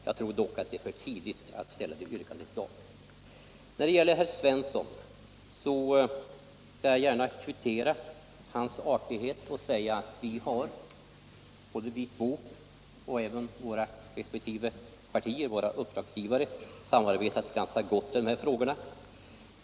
Jag tror dock det är för tidigt att ställa det yrkandet Jag skall gärna kvittera herr Svenssons i Eskilstuna artighet genom Onsdagen den att säga att vi två liksom de båda partierna, våra uppdragsgivare, har — 1] maj 1977 samarbetat ganska väl i dessa frågor.